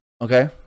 Okay